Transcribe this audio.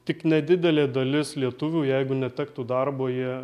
tik nedidelė dalis lietuvių jeigu netektų darbo jie